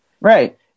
Right